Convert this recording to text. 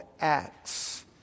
Acts